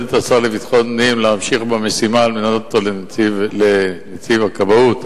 את השר לביטחון פנים להמשיך במשימה למנות אותו לנציב הכבאות.